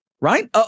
right